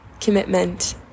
commitment